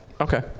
Okay